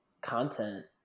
content